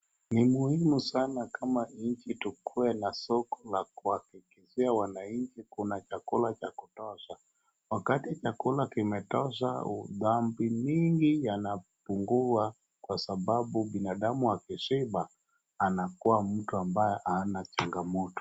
Ni muhimu sana kama nchi tukuwe na soko lakuhakikishia wananchi kuna chakula ya kutosha .Wakati chakula kimetosha. dhambi mingi yanapungua kwa sababu binadamu akishiba anakuwa mtu ambaye hana changamoto.